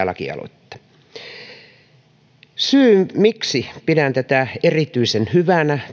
lakialoitetta syy miksi pidän tätä aloitetta erityisen hyvänä